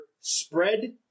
spread